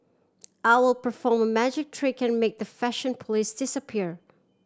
I will perform a magic trick and make the fashion police disappear